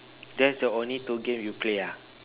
that's the only two games you play ah